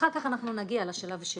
אחר כך אנחנו נגיע לשלב השני,